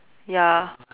ya